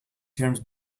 terms